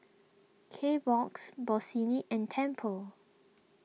Kbox Bossini and Tempur